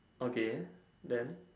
okay then